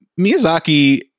Miyazaki